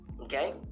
okay